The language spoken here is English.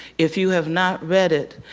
if you have not read it,